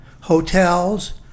Hotels